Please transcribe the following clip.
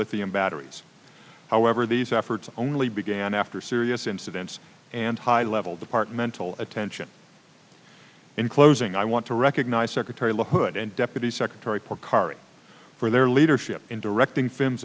lithium batteries however these efforts only began after serious incidents and high level departmental attention in closing i want to recognize secretary la hood and deputy secretary pocari for their leadership in directing f